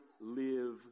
live